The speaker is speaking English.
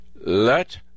let